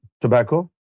tobacco